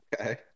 Okay